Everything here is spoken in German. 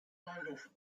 bahnhof